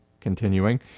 Continuing